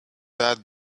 that